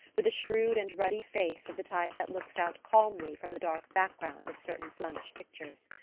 with a shrewd and ruddy face of the type that looks out calmly from the dark background of certain flemish pictures.